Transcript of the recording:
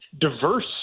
diverse